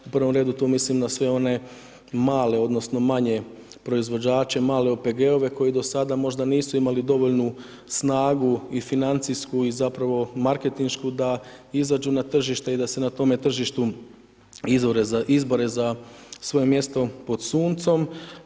U prvom redu tu mislim na sve one male odnosno manje proizvođače, male OPG-ove koji do sada možda nisu imali dovoljnu snagu i financijsku i zapravo marketinšku da izađu na tržište i da se na tome tržištu izbore na svoje mjesto pod suncem.